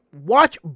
watch